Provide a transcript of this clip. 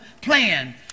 plan